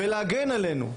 ולהגן עלינו.